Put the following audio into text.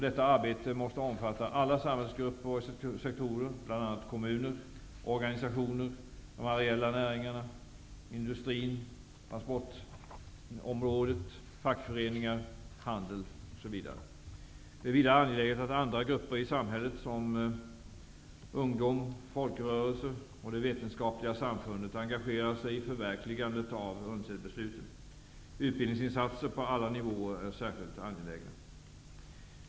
Detta arbete måste omfatta alla samhällsgrupper och sektorer, bl.a. kommuner, organisationer, de areella näringarna, industrin, transportområdet, fackföreningar, handel, osv. Det är vidare angeläget att andra grupper i samhället, såsom ungdom, folkrörelser och det vetenskapliga samfundet, engagerar sig i förverkligandet av UNCED-besluten. Utbildningsinsatser på alla nivåer är särskilt angelägna.